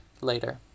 later